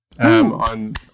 On